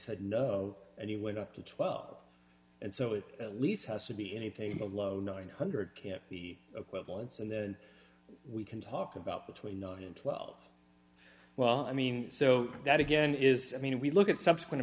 said no and he went up to twelve and so it at least has to be anything below nine hundred can't the equivalence and then we can talk about between nine and twelve well i mean so that again is i mean we look at subsequent